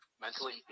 mentally